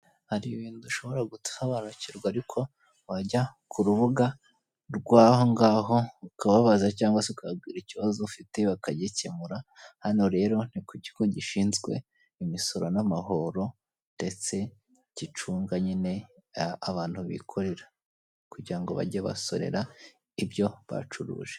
Hari ibintu udashobora gusobanukirwa ariko wajya ku rubuga rw'aho ngaho ukababaza cyangwa se ukababwira ikibazo ufite bakagikemura, hano rero ni ku kigo gishinzwe imisoro n'amahoro ndetse gicunga nyine abantu bikorera kugira ngo bajye basorera ibyo bacuruje.